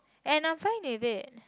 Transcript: and I'm fine with it